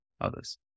others